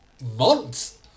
months